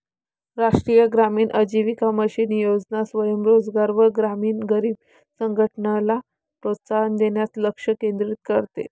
राष्ट्रीय ग्रामीण आजीविका मिशन योजना स्वयं रोजगार व ग्रामीण गरीब संघटनला प्रोत्साहन देण्यास लक्ष केंद्रित करते